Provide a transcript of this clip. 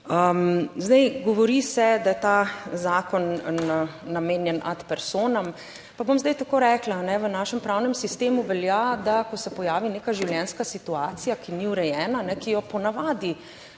Zdaj, govori se, da je ta zakon namenjen ad personam, pa bom zdaj tako rekla. v našem pravnem sistemu velja, da ko se pojavi neka življenjska situacija, ki ni urejena, ki jo ponavadi